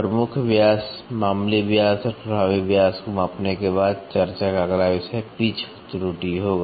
प्रमुख व्यास मामूली व्यास और प्रभावी व्यास को मापने के बाद चर्चा का अगला विषय पिच त्रुटि होगा